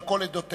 על כל עדותיהם,